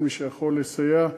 כל מי שיכול לסייע,